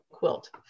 quilt